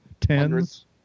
tens